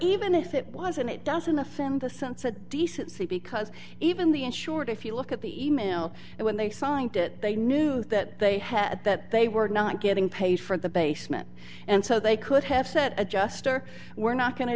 even if it wasn't it doesn't offend the sense of decency because even the insured if you look at the e mail and when they signed it they knew that they had that they were not getting paid for the basement and so they could have said adjuster we're not going to